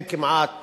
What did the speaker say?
אין כמעט